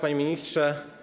Panie Ministrze!